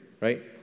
right